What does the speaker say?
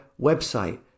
website